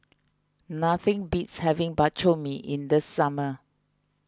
nothing beats having Bak Chor Mee in the summer